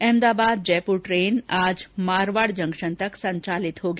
Ahmedabad Jaipur train आज Marwar junction तक संचालित होगी